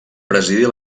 presidir